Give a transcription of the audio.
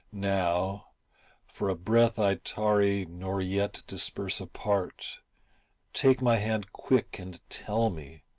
now for a breath i tarry nor yet disperse apart take my hand quick and tell me,